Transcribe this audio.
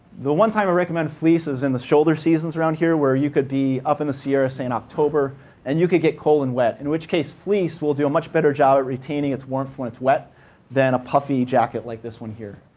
the one time i recommend fleece is in the shoulder seasons around here, where you could be up in the sierras in october and you can get cold and wet. in which case fleece will do a much better job of retaining its warmth when it's wet than a puffy jacket like this one here.